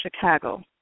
Chicago